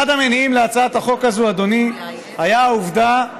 אחד המניעים להצעת החוק הזאת, אדוני, היה העובדה,